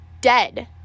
dead